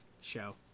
show